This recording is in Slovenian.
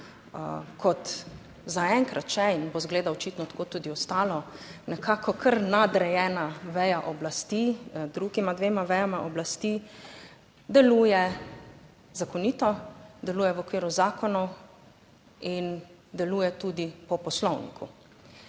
kot zaenkrat še in bo izgleda očitno tako tudi ostalo, nekako kar nadrejena veja oblasti, drugima dvema vejama oblasti, deluje zakonito, deluje v okviru zakonov in deluje tudi po poslovniku.